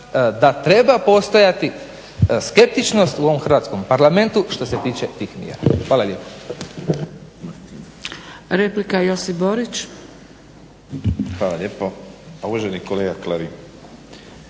da treba postojati skeptičnost u ovom hrvatskom Parlamentu što se tiče tih mjera. Hvala lijepa.